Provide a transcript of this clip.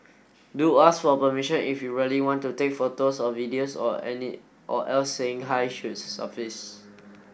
do ask for permission if you really want to take photos or videos or any or else saying hi should suffice